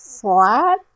flat